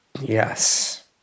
Yes